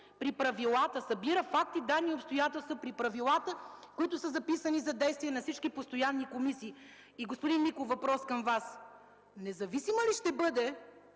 Тя изслушва, събира факти, данни и обстоятелства при правилата, записани за действия на всички постоянни комисии. Господин Миков, въпрос към Вас: независима ли ще бъде